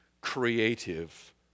creative